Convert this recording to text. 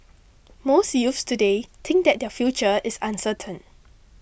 most youths today think that their future is uncertain